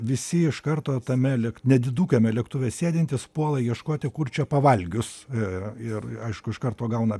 visi iš karto tame lėk nedidukame lėktuve sėdintys puola ieškoti kur čia pavalgius i ir aišku iš karto gauna